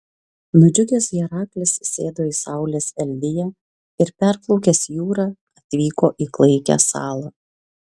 nudžiugęs heraklis sėdo į saulės eldiją ir perplaukęs jūrą atvyko į klaikią salą